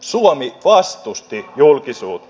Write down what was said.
suomi vastusti julkisuutta